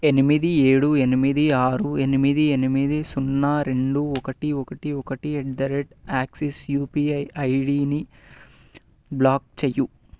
ఎనిమిది ఏడు ఎనిమిది ఆరు ఎనిమిది ఎనిమిది సున్నా రెండు ఒకటి ఒకటి ఒకటి at the rate Axis UPI ఐడీని బ్లాక్ చేయు